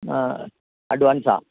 ആ അഡ്വാൻസാണോ